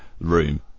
room